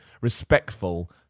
respectful